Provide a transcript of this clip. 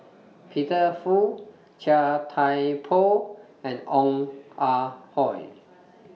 Peter Fu Chia Thye Poh and Ong Ah Hoi